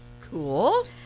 Cool